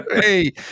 Hey